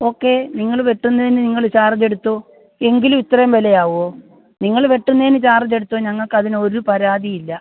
okay നിങ്ങൾ വെട്ടുന്നതിന് നിങ്ങൾ ചാർജെടുത്തോ എങ്കിലും ഇത്രേം വിലയാവോ നിങ്ങൾ വെട്ടുന്നതിന് ചാർജെടുത്തോ ഞങ്ങൾക്കതിനൊരു പരാതിയില്ല